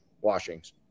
washings